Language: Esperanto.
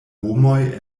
homoj